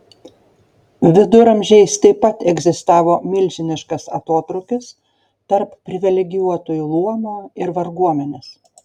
viduramžiais taip pat egzistavo milžiniškas atotrūkis tarp privilegijuotųjų luomo ir varguomenės